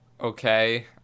okay